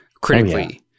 critically